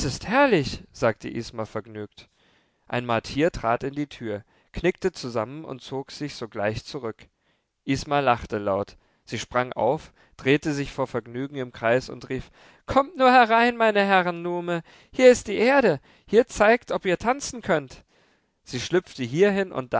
herrlich sagte isma vergnügt ein martier trat in die tür knickte zusammen und zog sich sogleich zurück isma lachte laut sie sprang auf drehte sich vor vergnügen im kreis und rief kommt nur herein meine herren nume hier ist die erde hier zeigt ob ihr tanzen könnt sie schlüpfte hierhin und